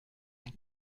ein